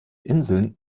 inseln